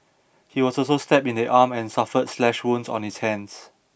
he was also stabbed in the arm and suffered slash wounds on his hands